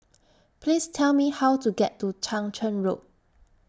Please Tell Me How to get to Chang Charn Road